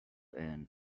and